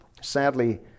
Sadly